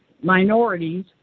minorities